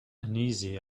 uneasy